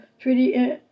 treaty